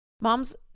Mom's